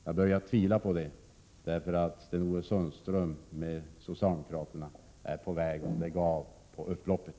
Jag börjar tvivla på det, eftersom Sten-Ove Sundström och socialdemokraterna är på väg att lägga av på upploppet.